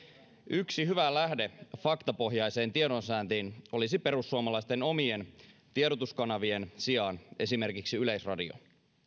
yksi hyvä lähde faktapohjaiseen tiedonsaantiin olisi perussuomalaisten omien tiedotuskanavien sijaan esimerkiksi yleisradio